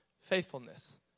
faithfulness